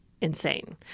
insane